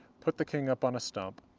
put the king up on a stump,